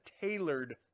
tailored